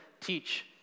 teach